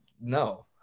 no